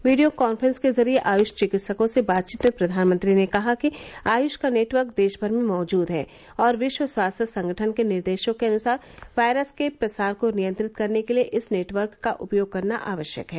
video conference के जरिए आय्ष चिकित्सकों से बातचीत में प्रधानमंत्री ने कहा कि आयुष का नेटवर्क देशनर में मौजूद है और विश्व स्वास्थ्य संगठन के निर्देशों के अनुसार वायरस के प्रसार को नियंत्रित करने के लिए इस नेटवर्क का उपयोग करना आवश्यक है